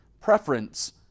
preference